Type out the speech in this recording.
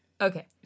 Okay